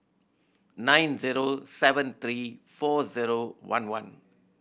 nine zero seven three four zero one one